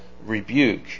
rebuke